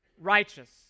righteous